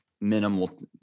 minimal